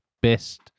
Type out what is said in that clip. best